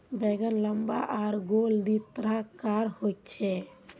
बैंगन लम्बा आर गोल दी तरह कार होचे